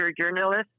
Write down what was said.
journalist